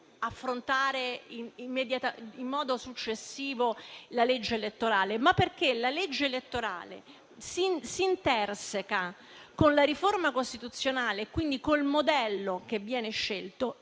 affrontare successivamente la legge elettorale, ma perché la legge elettorale si interseca con la riforma costituzionale, e quindi con il modello che viene scelto,